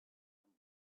bent